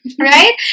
right